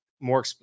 more